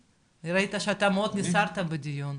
אלי, ראיתי שנסערת בדיון,